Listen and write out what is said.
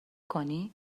کنی